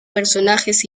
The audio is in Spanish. personajes